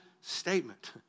statement